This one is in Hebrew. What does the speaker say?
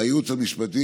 לייעוץ המשפטי,